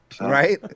Right